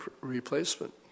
replacement